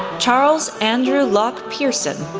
charles andrew loch person,